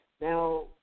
Now